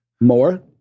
More